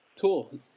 Cool